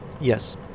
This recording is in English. Yes